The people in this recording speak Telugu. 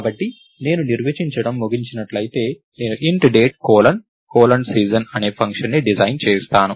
కాబట్టి నేను నిర్వచించడం ముగించినట్లయితే నేను Int date colon colon season అనే ఫంక్షన్ని డిజైన్ చేస్తాను